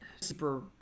Super